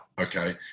okay